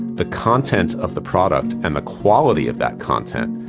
the content of the product and the quality of that content,